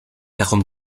darum